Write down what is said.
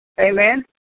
Amen